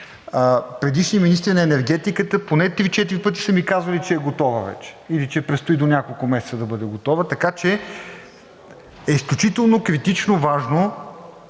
предишни министри на енергетиката поне три-четири пъти са ми казвали, че е готова вече или че предстои до няколко месеца да бъде готова. Така че е изключително критично важно